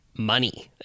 money